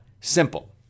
simple